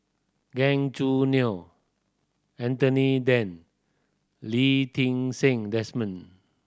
Gan Choo Neo Anthony Then Lee Ti Seng Desmond